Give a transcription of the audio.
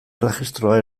erregistroa